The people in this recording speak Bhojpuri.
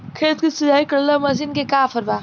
खेत के सिंचाई करेला मशीन के का ऑफर बा?